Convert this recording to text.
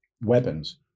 weapons